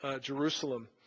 Jerusalem